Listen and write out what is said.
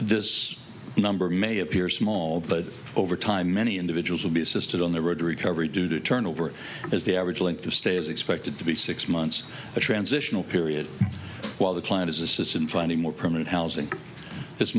this number may appear small but over time many individuals will be assisted on the road to recovery due to turnover is the average length of stay is expected to be six months a transitional period while the plan is this is in finding more permanent housing